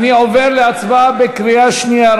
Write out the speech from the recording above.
אני עובר להצבעה בקריאה שנייה.